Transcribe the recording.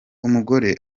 umugore